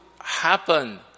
happen